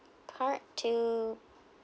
part two